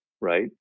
right